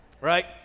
Right